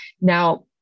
Now